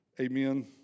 Amen